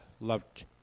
loved